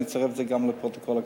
אני אצרף את זה גם לפרוטוקול הכנסת.